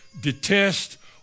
detest